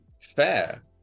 fair